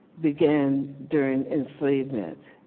began during enslavement,